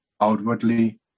outwardly